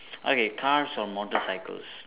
okay cars or motorcycles